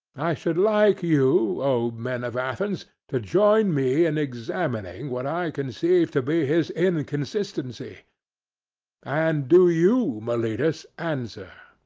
i should like you, o men of athens, to join me in examining what i conceive to be his inconsistency and do you, meletus, answer.